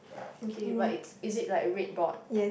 okay but it's is it like a red board